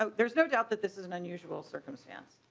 um there's no doubt that this is an unusual circumstance.